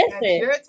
Listen